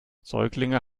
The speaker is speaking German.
säuglinge